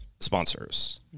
sponsors